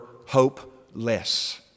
hopeless